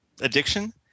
addiction